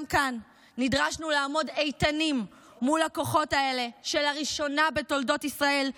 גם כאן נדרשנו לעמוד איתנים מול הכוחות האלה לראשונה בתולדות ישראל,